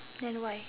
then why